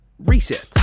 Reset